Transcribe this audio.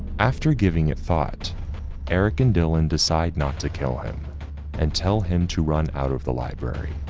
after giving it thought eric and dylan decide not to kill him and tell him to run out of the library.